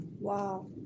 Wow